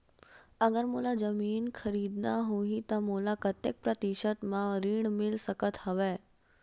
अगर मोला जमीन खरीदना होही त मोला कतेक प्रतिशत म ऋण मिल सकत हवय?